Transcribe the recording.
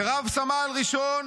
לרב-סמל ראשון